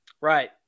Right